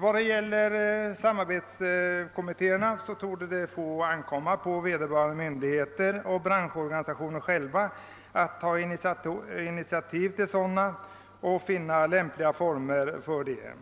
Vad frågan om samarbetskommittéer beträffar torde det få ankomma på vederbörande myndigheter och branschorganisationerna själva att ta initiativ till sådana och att finna lämpliga former för det.